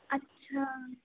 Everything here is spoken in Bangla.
আচ্ছা